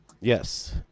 Yes